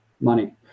money